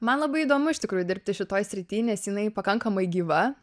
man labai įdomu iš tikrųjų dirbti šitoj srityj nes jinai pakankamai gyva